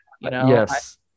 Yes